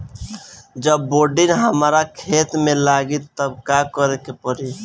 जब बोडिन हमारा खेत मे लागी तब का करे परी?